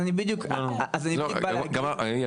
אז אני בדיוק בא להגיד --- יאיר,